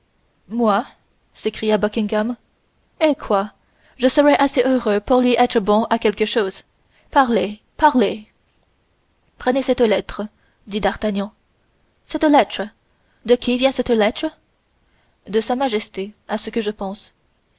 moi s'écria buckingham eh quoi je serais assez heureux pour lui être bon à quelque chose parlez parlez prenez cette lettre dit d'artagnan cette lettre de qui vient cette lettre de sa majesté à ce que je pense